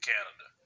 Canada